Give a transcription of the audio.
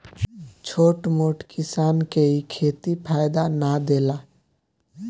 छोट मोट किसान के इ खेती फायदा ना देला